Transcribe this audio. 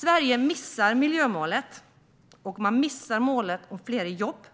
Sverige missar miljömålet och missar målet om fler jobb,